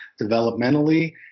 developmentally